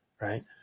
Right